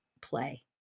play